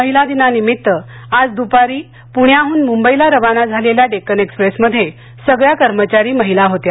महिला दिनानिमित्त आज दुपारी पुण्याहन मुंबईला रवाना झालेल्या डेक्कन ऐक्सप्रेस मध्ये सगळ्या कर्मचारी महिला होत्या